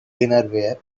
dinnerware